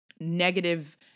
negative